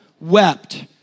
wept